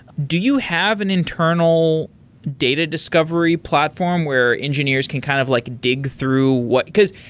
do you have an internal data discovery platform where engineers can kind of like dig through what because,